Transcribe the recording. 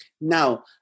Now